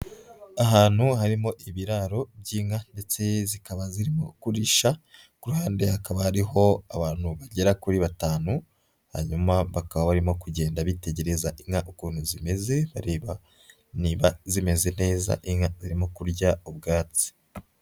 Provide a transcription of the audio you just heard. Ahantu harimo ibiraro by'inka ndetse zikaba zirimo kuririsha, ku ruhande hakaba hariho abantu bagera kuri batanu, hanyuma bakaba barimo kugenda bitegereza inka ukuntu zimeze, bareba niba zimeze neza, inka zirimo kurya ubwatsi.